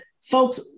folks